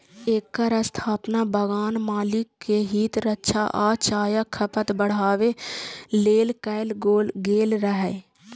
एकर स्थापना बगान मालिक के हित रक्षा आ चायक खपत बढ़ाबै लेल कैल गेल रहै